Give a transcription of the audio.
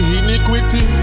iniquity